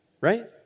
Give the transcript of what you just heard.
right